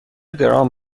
درام